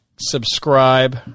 subscribe